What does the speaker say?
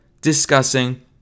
discussing